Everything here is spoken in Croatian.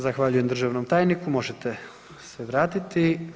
Zahvaljujem državnom tajniku, možete se vratiti.